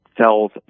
cells